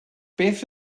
beth